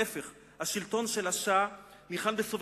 נא לסיים.